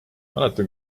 mäletan